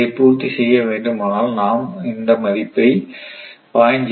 இதைப் பூர்த்தி செய்ய வேண்டுமானால் நாம் இந்த மதிப்பை 0